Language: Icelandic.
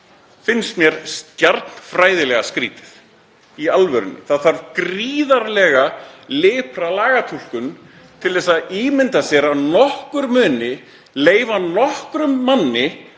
finnst mér stjarnfræðilega skrýtið. Í alvörunni. Það þarf gríðarlega lipra lagatúlkun til að ímynda sér að nokkur muni leyfa nokkrum manni,